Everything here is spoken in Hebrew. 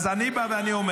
אז אני בא ואומר: